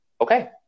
okay